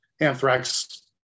Anthrax